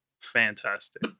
Fantastic